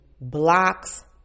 blocks